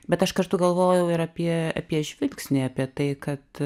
bet aš kartu galvojau ir apie apie žvilgsnį apie tai kad